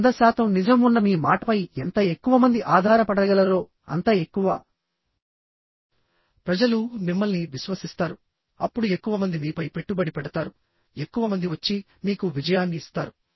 100 శాతం నిజం ఉన్న మీ మాటపై ఎంత ఎక్కువ మంది ఆధారపడగలరో అంత ఎక్కువప్రజలు మిమ్మల్ని విశ్వసిస్తారు అప్పుడు ఎక్కువ మంది మీపై పెట్టుబడి పెడతారు ఎక్కువ మంది వచ్చి మీకు విజయాన్ని ఇస్తారు